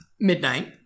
midnight